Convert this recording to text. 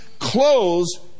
Close